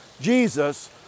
Jesus